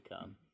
come